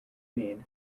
mean